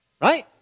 right